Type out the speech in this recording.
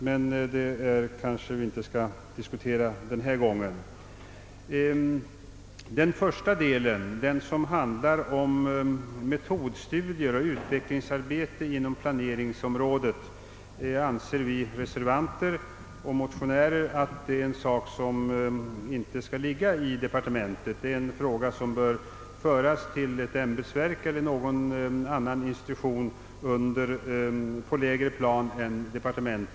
Men den saken kanske vi inte skall diskutera nu. Vi motionärer och reservanter anser inte att den första delen av arbetsgruppens arbete, som gäller metodstudier och utvecklingsarbetet inom planeringsområdet, skall ligga i departementet. Det är saker som bör överföras till ett ämbetsverk eller någon annan institution Ppå lägre plan än ett departement.